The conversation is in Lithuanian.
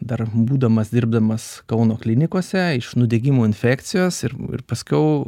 dar būdamas dirbdamas kauno klinikose iš nudegimų infekcijos ir paskiau